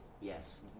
Yes